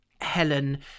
Helen